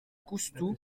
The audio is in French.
coustou